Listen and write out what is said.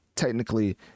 technically